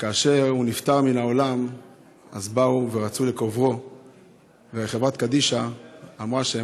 כאשר הוא נפטר מהעולם באו ורצו לקוברו וחברת קדישא אמרה שהם